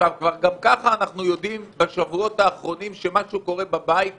גם ככה אנחנו יודעים בשבועות האחרונים שמשהו קורה בבית הזה,